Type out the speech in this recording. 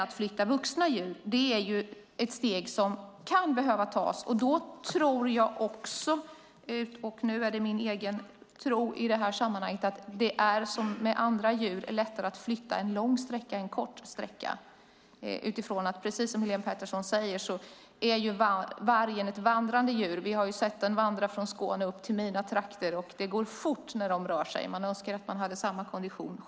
Det steget kan dock också behöva tas, och då tror jag att det, precis som för andra djur, är lättare att flytta en lång sträcka än en kort. Precis som Helén Pettersson säger är vargen ett vandrande djur; vi har sett den vandra från Skåne till mina hemtrakter. Det går fort när de rör sig; man önskar att man hade samma kondition.